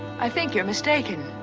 i think you're mistaken.